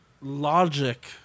logic